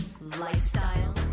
lifestyle